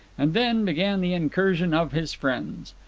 and then began the incursion of his friends.